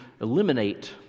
eliminate